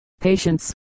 patience